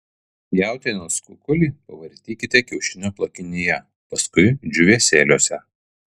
jautienos kukulį pavartykite kiaušinio plakinyje paskui džiūvėsėliuose